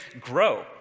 grow